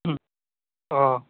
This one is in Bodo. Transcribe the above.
अ